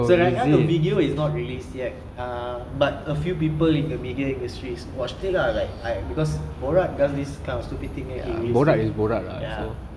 so right now the video is not released yet ah but a few people in the media industry watched it ah like I because borat does this kind of stupid thing then he release it ya